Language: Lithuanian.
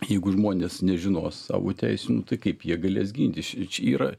jeigu žmonės nežinos savo teisių nu tai kaip jie galės gintis či čia yra